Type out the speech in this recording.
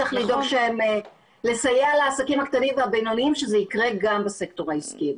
צריך לסייע לעסקים הקטנים והבינוניים שזה יקרה גם בסקטור העסקי.